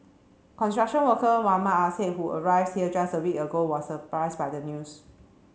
construction worker Mohammad Assad who arrives here just a week ago was surprised by the news